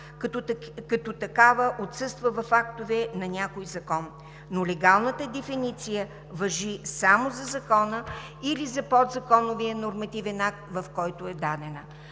когато такава отсъства в актовете на някой закон, но легалната дефиниция важи само за закона или подзаконовия нормативен акт, в който е дадена.